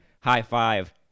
High-five